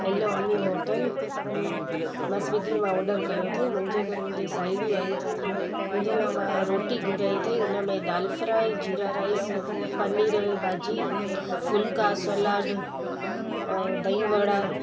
hello Anil hotel मूं मां स्विगी मां ऑडर कयो अथई मुंहिंजे घर मुंहिंजी साहेड़ियु आहियू अथनि त उहो हुनजे लाइ मां रोटी घुराई अथई हुन में दालि फ्राइ जीरा राइस पनीर जी भाॼी फुलका सलाड ओर दही वड़ा